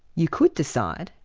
you could decide,